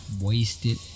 Wasted